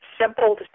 simple